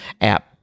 app